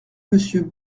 monsieur